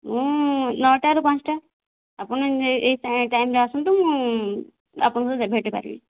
ମୁଁ ନଅଟାରୁ ପାଞ୍ଚଟା ଆପଣ ଏହି ଟାଇମ୍ରେ ଆସନ୍ତୁ ମୁଁ ଆପଣଙ୍କ ସହିତ ଭେଟି ପାରିବି